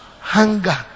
hunger